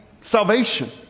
salvation